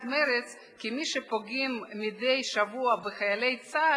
מרצ כי מי שפוגעים מדי שבוע בחיילי צה"ל,